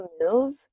move